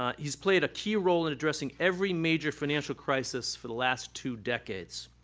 ah he's played a key role in addressing every major financial crisis for the last two decades.